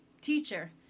teacher